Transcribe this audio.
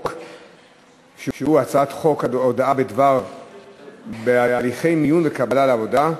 שהוא הצעת חוק הודעה בהליכי מיון וקבלה לעבודה,